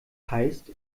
heißt